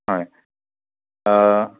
হয়